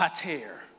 pater